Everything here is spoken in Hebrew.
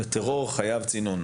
וטרור חייב צינון.